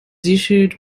issued